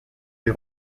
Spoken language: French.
les